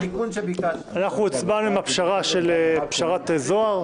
אנחנו הצבענו על פשרת זוהר.